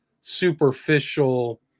superficial